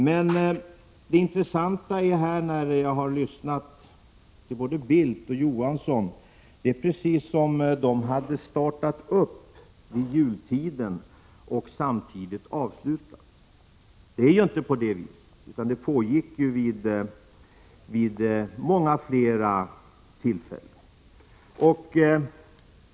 Men det är intressant att när jag lyssnat till Bildt och Johansson har jag tyckt att det verkar precis som om överläggningarna hade startat vid jultiden och samtidigt avslutats. Det är ju inte på det viset, utan det pågick överläggningar vid många fler tillfällen.